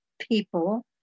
people